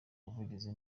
ubuvugizi